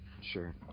Sure